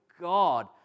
God